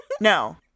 No